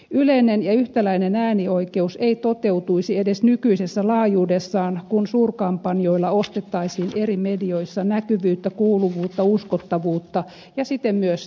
yleinen ja yhtäläinen äänioikeus ei toteutuisi edes nykyisessä laajuudessaan kun suurkampanjoilla ostettaisiin eri medioissa näkyvyyttä kuuluvuutta uskottavuutta ja siten myös ääniä